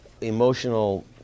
emotional